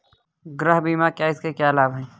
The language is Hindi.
गृह बीमा क्या है इसके क्या लाभ हैं?